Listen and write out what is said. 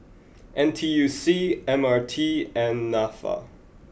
N T U C M R T and Nafa